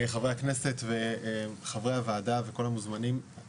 חברי הכנסת וחברי הוועדה וכל המוזמנים,